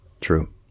True